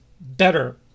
better